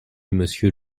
monsieur